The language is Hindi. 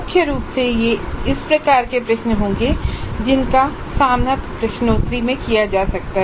मुख्य रूप से ये इस प्रकार के प्रश्न होंगे जिनका सामना प्रश्नोत्तरी में किया जा सकता है